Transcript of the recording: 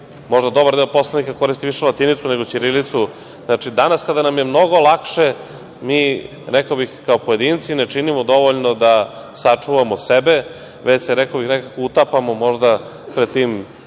možda dobar deo poslanika koristi više latinicu nego ćirilicu. Znači, danas, kada nam je mnogo lakše, mi, rekao bih, kao pojedinci, ne činimo dovoljno da sačuvamo sebe, već se nekako utapamo pred tim